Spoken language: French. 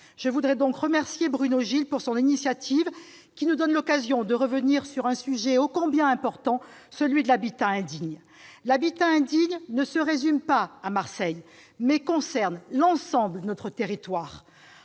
Je voudrais remercier Bruno Gilles de son initiative qui nous donne l'occasion de revenir sur ce sujet ô combien important, celui de l'habitat indigne. L'habitat indigne ne se limite pas à Marseille, il concerne l'ensemble de notre territoire.